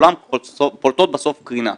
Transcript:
כולן פולטות בסוף קרינה.